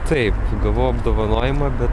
taip gavau apdovanojimą bet